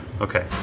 Okay